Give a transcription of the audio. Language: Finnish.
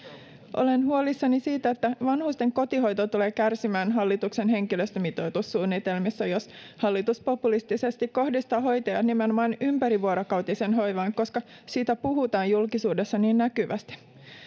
olen huolissani siitä että vanhusten kotihoito tulee kärsimään hallituksen henkilöstömitoitussuunnitelmista jos hallitus populistisesti kohdistaa hoitajia nimenomaan ympärivuorokautiseen hoivaan koska siitä puhutaan julkisuudessa niin näkyvästi